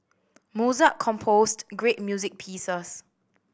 Mozart composed great music pieces